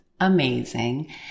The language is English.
amazing